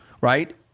right